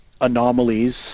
anomalies